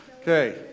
okay